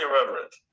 irreverent